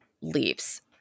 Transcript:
leaves